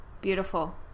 Beautiful